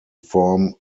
form